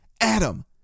Adam